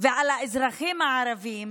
ועל האזרחים הערבים